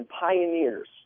pioneers